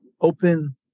open